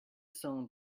cent